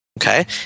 okay